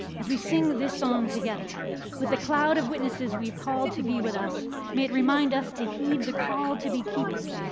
as we sing this song together with a cloud of witnesses we've called to be with us may it remind us to heed the call to be keepers.